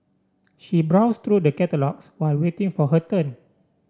she browsed through the catalogues while waiting for her turn